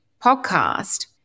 podcast